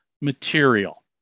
material